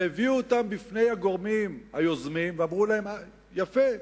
והביאו אותן בפני הגורמים היוזמים ואמרו להם: יפה,